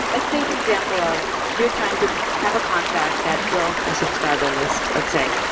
let's take the example of you're trying to have a contract that builds a subscriber list, let's say.